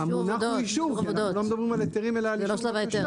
המונח הוא אישור כי אנחנו לא מדברים על היתרים אלא על אישור בקשה,